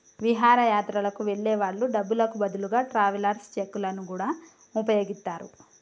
విహారయాత్రలకు వెళ్ళే వాళ్ళు డబ్బులకు బదులుగా ట్రావెలర్స్ చెక్కులను గూడా వుపయోగిత్తరు